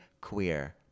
Queer